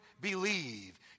believe